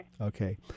Okay